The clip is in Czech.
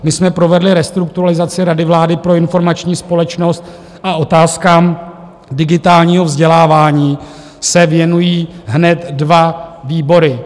My jsme provedli restrukturalizaci Rady vlády pro informační společnost a otázkám digitálního vzdělávání se věnují hned dva výbory.